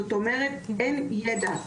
זאת אומרת אין ידע,